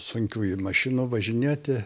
sunkiųjų mašinų važinėti